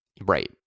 Right